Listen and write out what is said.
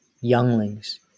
younglings